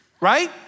right